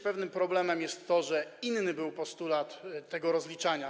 Pewnym problemem jest to, że inny był postulat dotyczący rozliczania.